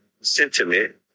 sentiment